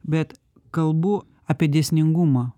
bet kalbu apie dėsningumą